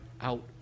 out